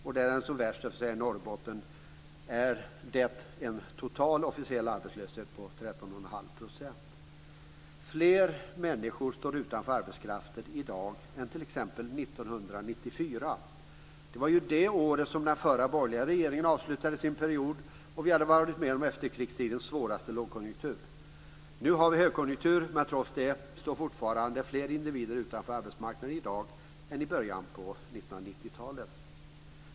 Där den är som värst, i Norrbotten, är det en total officiell arbetslöshet på 13,5 %. Fler människor står utanför arbetskraften i dag än t.ex. 1994. Det var det året den förra borgerliga regeringen avslutade sin period och vi hade varit med om efterkrigstidens svåraste lågkonjunktur. Nu har vi högkonjunktur, men trots det står fortfarande fler individer utanför arbetsmarknaden i dag än i början av 1990-talet.